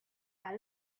out